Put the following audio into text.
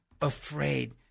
afraid